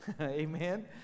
Amen